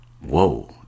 whoa